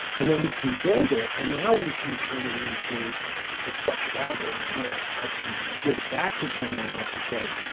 and then we can build it. and now we can turn it into a structured algorithm where i can give it back to someone and i can say,